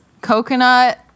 coconut